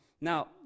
Now